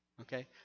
okay